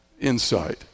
insight